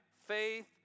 faith